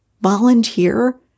Volunteer